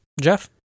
Jeff